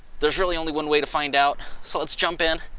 there's really only one way to find out. so let's jump in,